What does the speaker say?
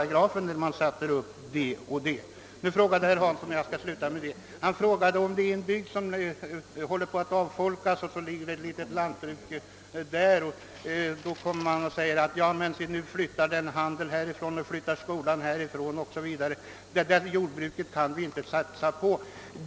Jag skall sluta med att försöka besvara herr Hanssons fråga, om vad som händer med dem som driver ett litet lantbruk i en bygd som håller på att avfolkas och där affären, skolan och annat försvinner. Ja, sådana jordbruk kan vi inte satsa på.